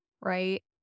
Right